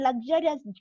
luxurious